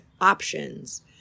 options